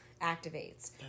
activates